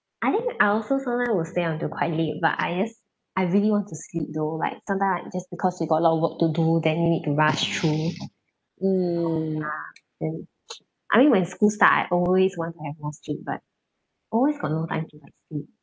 I think I also sometimes will stay until quite late but I just I really want to sleep though like sometime I just because you got a lot of work to do then you need to rush through I mean when school start I always want to have more sleep but always got no time to like sleep